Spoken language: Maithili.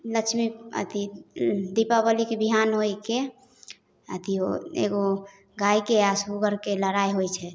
लक्ष्मी अथी दीपावलीके बिहान होइके अथी एगो गायके आ सुगरके लड़ाइ होइ छै